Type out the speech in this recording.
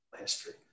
history